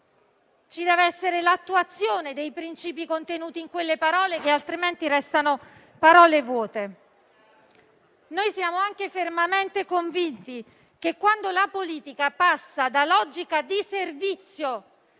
ci deve essere l'attuazione dei principi contenuti in quelle parole, che altrimenti restano vuote. Siamo anche fermamente convinti che, quando la politica passa da logica di servizio